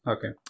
Okay